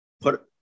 put